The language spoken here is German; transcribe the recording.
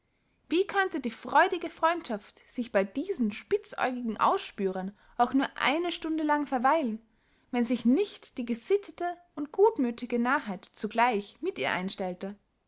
wie könnte die freudige freundschaft sich bey diesen spitzäugigen ausspühren auch nur eine stunde lang verweilen wenn sich nicht die gesittete und gutmuthige narrheit zugleich mit ihr einstellte